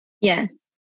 Yes